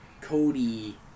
Cody